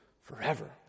forever